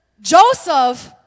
Joseph